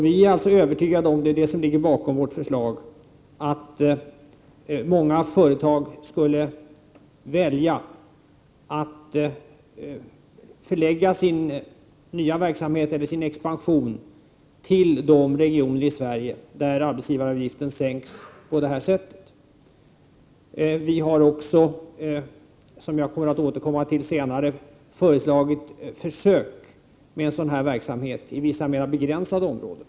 Vi är alltså övertygade om — och det är det som ligger bakom vårt förslag — att många företag skulle välja att starta eller förlägga sin expansion till de regioner i Sverige där arbetsgivaravgiften sänks på det här sättet. Vi har också, som jag återkommer till senare, föreslagit försök med en sådan här verksamhet i vissa mera begränsade områden.